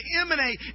emanate